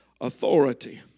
Authority